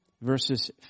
verses